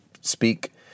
speak